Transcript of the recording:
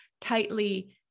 tightly